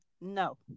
no